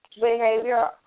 behavior